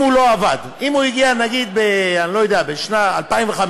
אם הוא לא עבד, אם הוא הגיע נגיד בשנת 2005,